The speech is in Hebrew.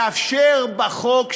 לאפשר בחוק,